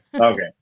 Okay